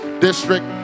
district